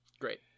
great